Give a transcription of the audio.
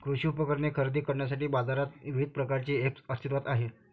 कृषी उपकरणे खरेदी करण्यासाठी बाजारात विविध प्रकारचे ऐप्स अस्तित्त्वात आहेत